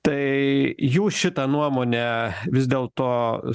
tai jų šitą nuomonę vis dėlto